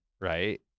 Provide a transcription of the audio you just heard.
right